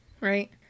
Right